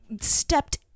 stepped